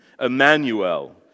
Emmanuel